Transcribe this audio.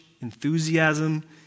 enthusiasm